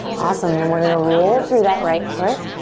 awesome. then we're gonna roll through that right foot.